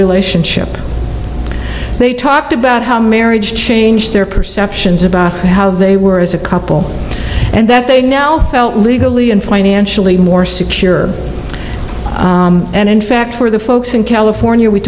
relationship they talked about how marriage changed their perceptions about how they were as a couple and that they now legally and financially more secure and in fact for the folks in california we